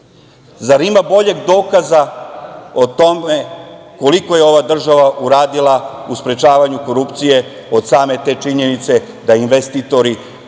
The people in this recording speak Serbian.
ima boljeg dokaza o tome koliko je ova država uradila u sprečavanju korupcije od same te činjenice da investitori